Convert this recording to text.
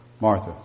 Martha